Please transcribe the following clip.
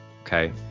okay